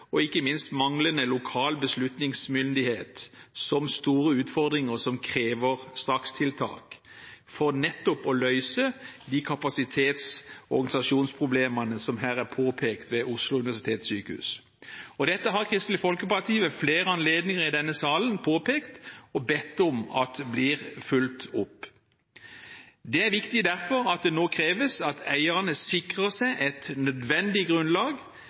og – ikke minst – manglende lokal beslutningsmyndighet, som store utfordringer som krever strakstiltak, for nettopp å løse de kapasitets- og organisasjonsproblemene som her er påpekt ved Oslo universitetssykehus. Dette har Kristelig Folkeparti ved flere anledninger i denne salen påpekt og bedt om at blir fulgt opp. Det er derfor viktig at det nå kreves at eierne sikrer seg et nødvendig grunnlag.